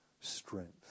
strength